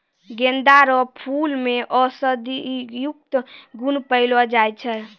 गेंदा रो फूल मे औषधियुक्त गुण पयलो जाय छै